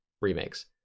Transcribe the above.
remakes